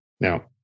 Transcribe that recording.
Now